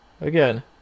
again